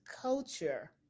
culture